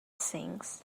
sings